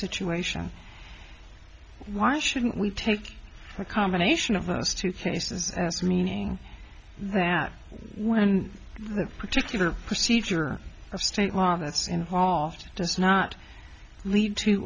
situation why shouldn't we take a combination of us two cases as meaning that when that particular procedure or state law that's involved does not lead to